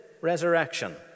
resurrection